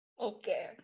Okay